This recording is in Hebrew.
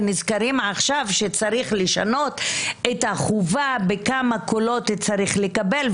ונזכרים עכשיו שצריך לשנות את החובה בכמה קולות צריך לקבל,